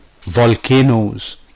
Volcanoes